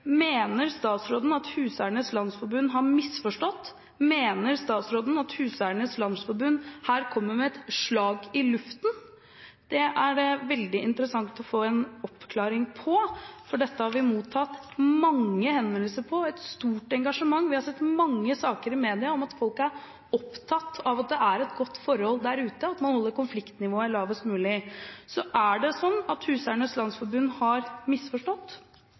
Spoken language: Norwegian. Mener statsråden at Huseiernes Landsforbund har misforstått? Mener statsråden at Huseiernes Landsforbund her kommer med et slag i luften? Det er det veldig interessant å få en oppklaring av, for dette har vi mottatt mange henvendelser om og sett et stort engasjement. Vi har sett mange saker i media om at folk er opptatt av at det er et godt forhold der ute – at man holder konfliktnivået lavest mulig. Så er det sånn at Huseiernes Landsforbund har misforstått?